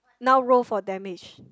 now roll for damage